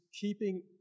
keeping